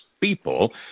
people